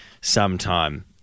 sometime